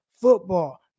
football